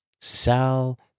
Sal